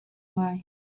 ngai